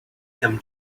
him